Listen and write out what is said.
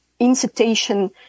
incitation